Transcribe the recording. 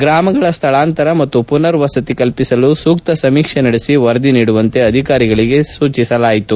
ಗ್ರಾಮಗಳ ಸ್ವಳಾಂತರ ಮತ್ತು ಪುನರ್ ವಸತಿ ಕಲ್ಲಿಸಲು ಸೂಕ್ತ ಸಮೀಕ್ಷೆ ನಡೆಸಿ ವರದಿ ನೀಡುವಂತೆ ಅಧಿಕಾರಿಗಳಿಗೆ ಸೂಚಿಸಲಾಯಿತು